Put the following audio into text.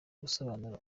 gusobanura